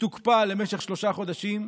תוקפא למשך שלושה חודשים,